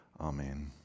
Amen